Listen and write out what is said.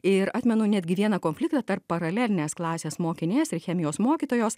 ir atmenu netgi vieną konfliktą tarp paralelinės klasės mokinės ir chemijos mokytojos